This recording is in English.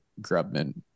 Grubman